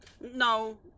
No